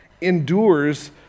endures